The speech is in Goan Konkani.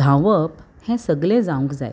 धांवप हें सगलें जावंक जाय